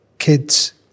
kids